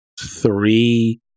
three